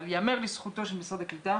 אבל ייאמר לזכותו של משרד הקליטה